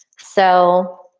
so,